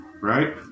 right